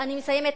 אני מסיימת.